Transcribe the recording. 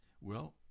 Well